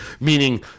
meaning